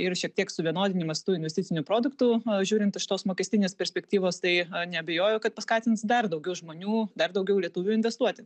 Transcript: ir šiek tiek suvienodinimas tų investicinių produktų žiūrint iš tos mokestinės perspektyvos tai neabejoju kad paskatins dar daugiau žmonių dar daugiau lietuvių investuoti